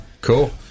Cool